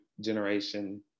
generation